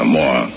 more